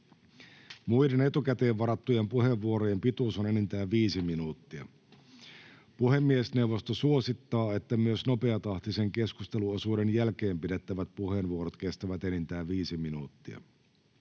Muiden etukäteen varattujen puheenvuorojen pituus on enintään viisi minuuttia. Puhemiesneuvosto suosittaa, että myös nopeatahtisen keskusteluosuuden jälkeen pidettävät puheenvuorot kestävät enintään viisi minuuttia.